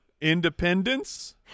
Independence